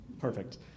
perfect